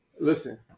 listen